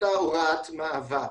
אותה הוראת מעבר.